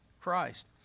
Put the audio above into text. Christ